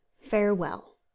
Farewell